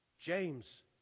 James